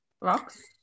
Rocks